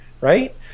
right